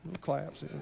claps